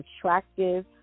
attractive